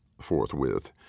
Forthwith